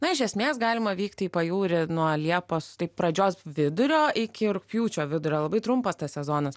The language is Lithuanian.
na iš esmės galima vykti į pajūrį nuo liepos pradžios vidurio iki rugpjūčio vidurio labai trumpas tas sezonas